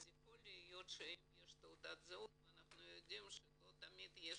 יכול להיות שאם יש תעודת זהות ואנחנו יודעים שלא מיד יש